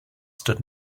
stood